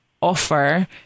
offer